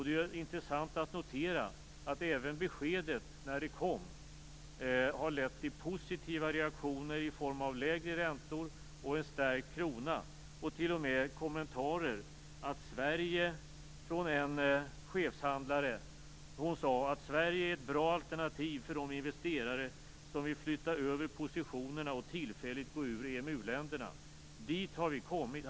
Det är intressant att notera att beskedet när det kom ledde till positiva reaktioner i form av lägre räntor och en stärkt krona. Det ledde t.o.m. till den kommentaren från en chefshandlare, att Sverige är ett bra alternativ för de investerare som vill flytta över positionerna och tillfälligt gå ur EMU-länderna. Dit har Sverige alltså kommit.